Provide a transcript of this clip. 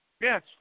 Yes